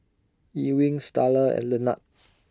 Ewing Starla and Lenard